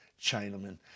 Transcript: Chinaman